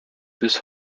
bis